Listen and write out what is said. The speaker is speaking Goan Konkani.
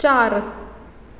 चार